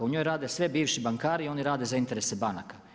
U njoj rade sve bivši bankari i oni rade za interese banaka.